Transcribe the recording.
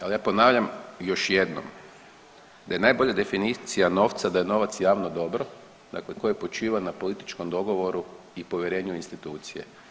Ali ja ponavljam još jednom da je najbolja definicija novca da je novac javno dobro dakle počiva na političkom dogovoru i povjerenju u institucije.